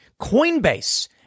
Coinbase